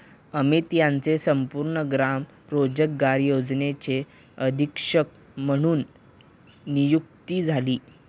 अमित यांची संपूर्ण ग्राम रोजगार योजनेचे अधीक्षक म्हणून नियुक्ती झाली